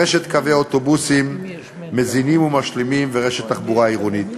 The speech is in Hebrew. רשת קווי אוטובוסים מזינים ומשלימים ורשת תחבורה עירונית.